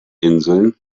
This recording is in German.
inseln